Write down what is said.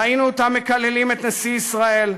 ראינו אותם מקללים את נשיא ישראל,